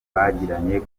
bagiranye